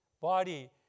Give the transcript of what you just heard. body